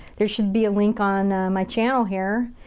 there should be a link on my channel here.